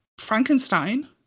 Frankenstein